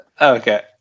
Okay